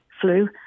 flu